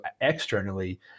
externally